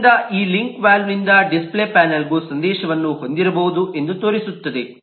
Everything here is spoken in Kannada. ಆದ್ದರಿಂದ ಈ ಲಿಂಕ್ ವಾಲ್ವ್ನಿಂದ ಡಿಸ್ಪ್ಲೇ ಪ್ಯಾನಲ್ಗೂ ಸಂದೇಶವನ್ನು ಹೊಂದಿರಬಹುದು ಎಂದು ತೋರಿಸುತ್ತದೆ